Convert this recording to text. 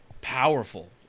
powerful